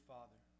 Father